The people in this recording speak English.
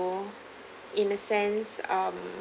in a sense um